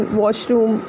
washroom